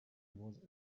was